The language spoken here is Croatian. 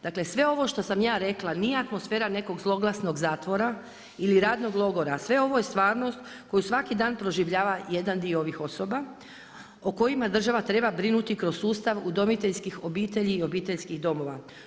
Dakle sve ovo što sam ja rekla nije atmosfera nekog zloglasnog zatvora ili radnog logora, sve ovo je stvarnost koju svaki dan proživljava jedan dio ovih osoba o kojima država treba brinuti kroz sustav udomiteljskih obitelji i obiteljskih domova.